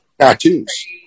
Tattoos